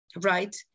right